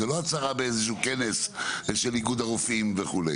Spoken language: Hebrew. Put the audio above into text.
זה לא הצהרה באיזשהו כנס לאיגוד הרופאים וכו'.